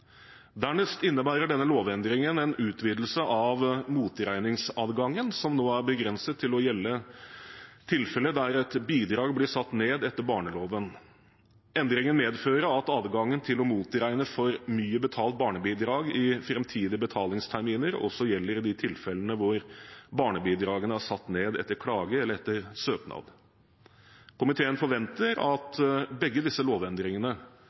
Dernest innebærer denne lovendringen en utvidelse av motregningsadgangen, som nå er begrenset til å gjelde tilfeller der et bidrag blir satt ned etter barneloven. Endringen medfører at adgangen til å motregne for mye betalt barnebidrag i framtidige betalingsterminer også gjelder i de tilfellene hvor barnebidragene er satt ned etter klage eller etter søknad. Komiteen forventer at begge disse lovendringene